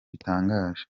bitangaje